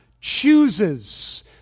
chooses